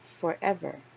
forever